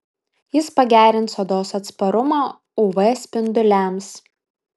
jis pagerins odos atsparumą uv spinduliams